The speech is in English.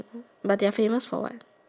but they are famous for what